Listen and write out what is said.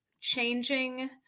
changing